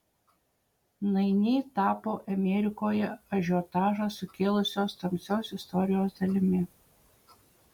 nainiai tapo amerikoje ažiotažą sukėlusios tamsios istorijos dalimi